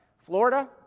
Florida